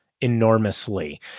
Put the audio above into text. enormously